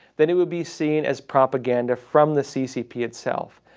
then it would be seen as propaganda from the ccp itself.